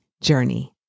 journey